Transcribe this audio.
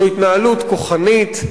זו התנהלות כוחנית,